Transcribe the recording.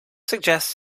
suggests